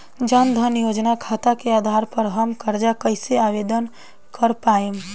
जन धन योजना खाता के आधार पर हम कर्जा कईसे आवेदन कर पाएम?